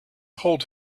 hold